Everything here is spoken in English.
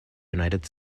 united